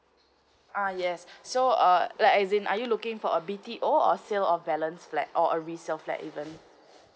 uh yes so uh like as in are you looking for a B T O or sale of balanced flat or a resale flat even